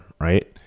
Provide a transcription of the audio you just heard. Right